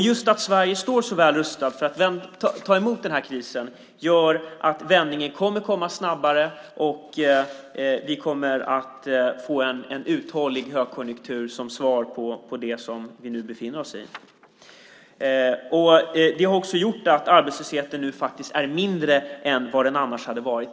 Just att Sverige står så väl rustat för att ta emot krisen gör att vändningen kommer att komma snabbare och att vi kommer att få en uthållig högkonjunktur som svar på det som vi nu befinner oss i. Det har också gjort att arbetslösheten faktiskt är mindre än den annars hade varit.